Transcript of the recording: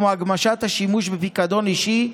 כמו הגמשת השימוש בפיקדון האישי,